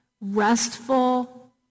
restful